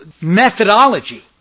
methodology